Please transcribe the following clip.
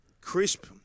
Crisp